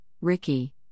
Ricky